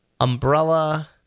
Umbrella